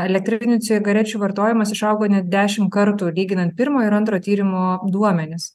elektrinių cigarečių vartojimas išaugo net dešimt kartų lyginant pirmo ir antro tyrimo duomenis